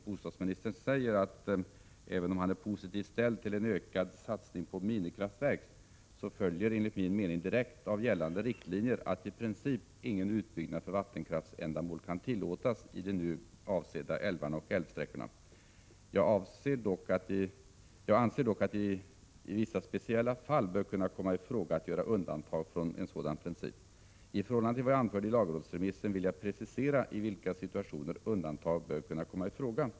Bostadsministern säger följande: ”Även om jag allmänt sett är positivt inställd till en ökad satsning på minikraftverk, följer enligt min mening direkt av gällande riktlinjer att i princip ingen utbyggnad för vattenkraftsändamål kan tillåtas i de nu avsedda älvarna och älvsträckorna. Jag anser dock att det i vissa speciella fall bör kunna komma i fråga att göra undantag från en sådan princip. I förhållande till vad jag anförde i lagrådsremissen vill jag precisera i vilka situationer undantag bör kunna komma i fråga.